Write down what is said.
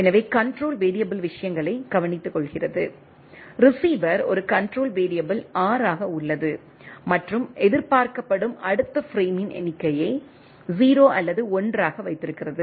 எனவே control variable விஷயங்களை கவனித்துக்கொள்கிறது ரிசீவர் ஒரு கண்ட்ரோல் வேரியபிள் R ஆக உள்ளது மற்றும் எதிர்பார்க்கப்படும் அடுத்த பிரேமின் எண்ணிக்கையை 0 அல்லது 1 ஆக வைத்திருக்கிறது